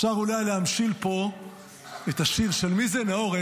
אפשר אולי להמשיל פה את השיר, של מי זה, נאור?